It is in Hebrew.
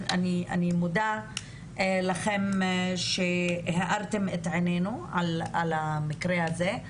אני מודה לכם שהארתם את עינינו על המקרה הזה.